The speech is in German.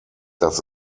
dass